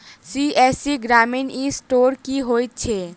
CSC ग्रामीण e store की होइ छै?